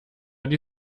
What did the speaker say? die